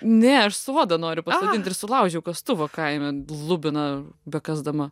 ne aš sodą noriu pasodint ir sulaužiau kastuvą kaime lubiną bekasdama